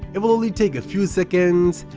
it will only take a few seconds.